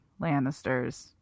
Lannisters